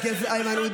חבר הכנסת איימן עודה.